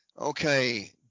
Okay